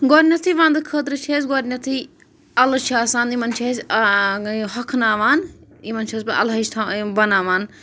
گۄڈٕنٮ۪تھٕے وَنٛدٕ خٲطرٕ چھِ اَسہِ گۄڈٕنٮ۪تھٕے اَلہٕ چھِ آسان یِمَن چھِ أسۍ ہۄکھناوان یِمَن چھَس بہٕ اَلہٕ ہَچہِ تھاوان یِم بَناوان